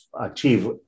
achieve